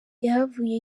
yahavuye